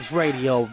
radio